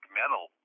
metal